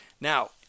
Now